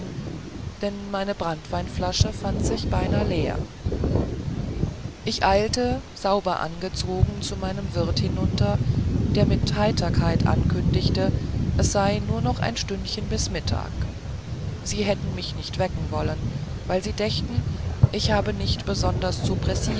denn meine branntweinflasche fand sich beinahe leer ich eilte sauber angezogen zu meinem wirt hinunter der mir mit heiterkeit ankündigte es sei nur noch ein stündchen bis mittag sie hätten mich nicht wecken wollen weil sie dächten ich habe nicht besonders zu pressieren